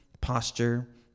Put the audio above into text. posture